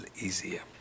easier